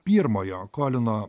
pirmojo kolino